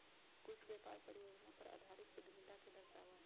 कुछ व्यापार परियोजना पर आधारित उद्यमिता के दर्शावा हई